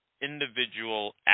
individual